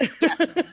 Yes